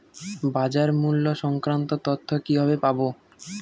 বাজার মূল্য সংক্রান্ত তথ্য কিভাবে পাবো?